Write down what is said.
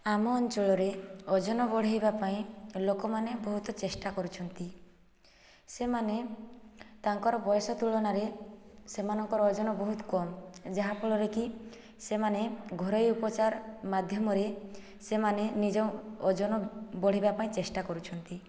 ଆମ ଅଞ୍ଚଳରେ ଓଜନ ବଢ଼ାଇବା ପାଇଁ ଲୋକମାନେ ବହୁତ ଚେଷ୍ଟା କରୁଛନ୍ତି ସେମାନେ ତାଙ୍କର ବୟସ ତୁଳନାରେ ସେମାନଙ୍କର ଓଜନ ବହୁତ କମ ଯାହାଫଳରେକି ସେମାନେ ଘରୋଇ ଉପଚାର ମାଧ୍ୟମରେ ସେମାନେ ନିଜ ଓଜନ ବଢ଼େଇବା ପାଇଁ ଚେଷ୍ଟା କରୁଛନ୍ତି